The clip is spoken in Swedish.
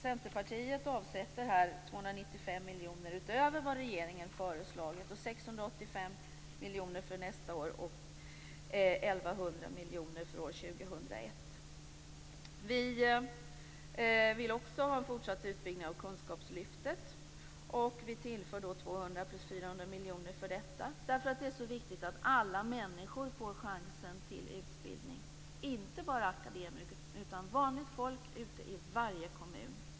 Centerpartiet avsätter 295 miljoner utöver vad regeringen föreslagit, 685 miljoner för nästa år och 1 100 miljoner för år 2001. Vi vill också ha en fortsatt utbyggnad av kunskapslyftet. Vi tillför 200 plus 400 miljoner för detta eftersom det är så viktigt att alla människor får chansen till utbildning, inte bara akademiker, utan vanligt folk i varje kommun.